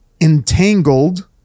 entangled